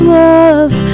love